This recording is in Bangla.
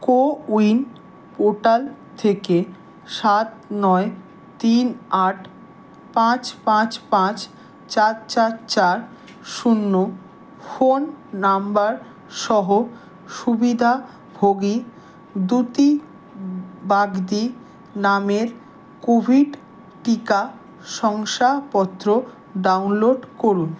কোউইন পোর্টাল থেকে সাত নয় তিন আট পাঁচ পাঁচ পাঁচ চার চার চার শূন্য ফোন নাম্বার সহ সুবিধভোগী দ্যুতি বাগদি নামের কোভিড টিকা শংসাপত্র ডাউনলোড করুন